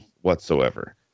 whatsoever